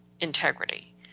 integrity